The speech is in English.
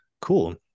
cool